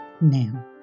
Now